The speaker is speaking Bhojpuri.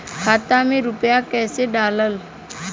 खाता में रूपया कैसे डालाला?